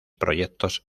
proyectos